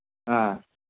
ꯑ